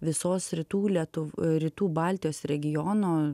visos rytų lietu rytų baltijos regiono